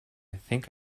think